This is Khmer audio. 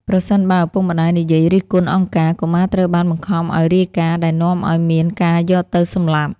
ប្រសិនបើឪពុកម្ដាយនិយាយរិះគន់អង្គការ កុមារត្រូវបានបង្ខំឱ្យរាយការណ៍ ដែលនាំឱ្យមានការយកទៅសម្លាប់។